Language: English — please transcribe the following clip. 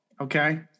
okay